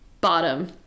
bottom